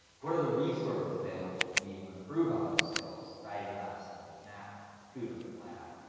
what are the resources available for me to improve on those skills? writing lab centers, math tutoring lab,